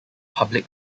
public